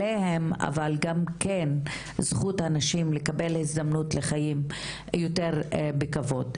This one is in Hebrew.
אבל גם כן זכות הנשים היא לקבל הזדמנות לחיים יותר בכבוד.